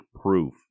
proof